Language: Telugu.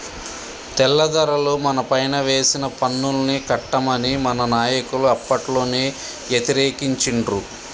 తెల్లదొరలు మనపైన వేసిన పన్నుల్ని కట్టమని మన నాయకులు అప్పట్లోనే యతిరేకించిండ్రు